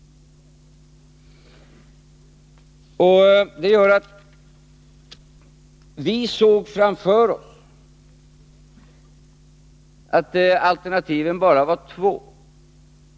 Det gör att vi såg framför oss att alternativen bara var två.